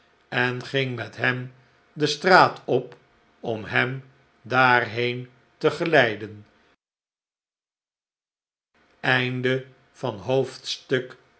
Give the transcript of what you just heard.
en ging met hem de straat op om hem daarheen te geleiden